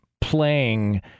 playing –